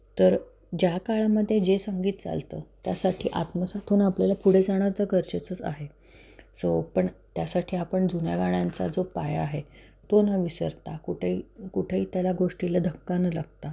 तर ज्या काळामध्ये जे संगीत चालतं त्यासाठी आत्मसात होऊन आपल्याला पुढे जाणं तर गरजेचंच आहे सो पण त्यासाठी आपण जुन्या गाण्यांचा जो पाया आहे तो न विसरता कुठेही कुठेही त्याला गोष्टीला धक्का न लागता